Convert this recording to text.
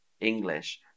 English